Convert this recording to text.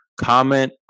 Comment